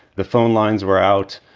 the phone lines were out.